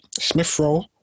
Smithrow